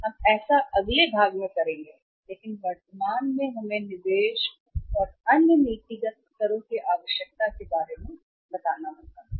हम ऐसा अगले भाग में करेंगे लेकिन वर्तमान में हमें निवेश और अन्य नीतिगत स्तरों की आवश्यकता के बारे में बताएं